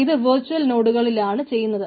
ഇത് വെർച്ചൽ നോടുകളിലാണ് ചെയ്യുന്നത്